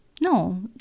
No